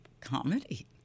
comedy